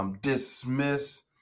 Dismiss